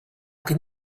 can